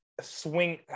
swing